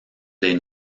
les